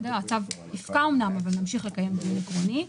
הצו יפקע אמנם, אבל נמשיך לקיים דיון עקרוני,